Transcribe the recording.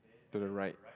to the right